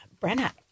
Brenna